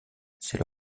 c’est